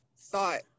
thought